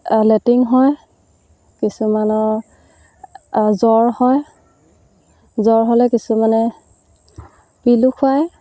latrine হয় কিছুমানৰ জ্বৰ হয় জ্বৰ হ'লে কিছুমানে পিলো খুৱায়